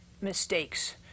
mistakes